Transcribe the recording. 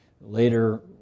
later